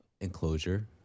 enclosure